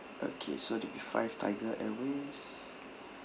okay so it'll be five Tiger Airways